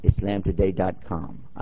islamtoday.com